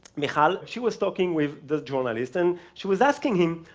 michal, she was talking with the journalist, and she was asking him,